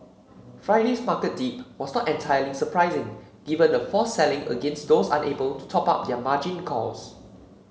Friday's market dip was not entirely surprising given the forced selling against those unable to top up their margin calls